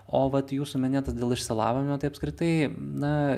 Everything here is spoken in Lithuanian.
o vat jūsų minėtas dėl išsilavinimo tai apskritai na